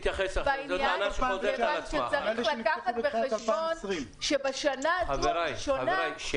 צריך לקחת בחשבון שבשנה הזאת --- חברי הכנסת,